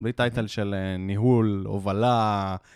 בלי טייטל של ניהול, הובלה.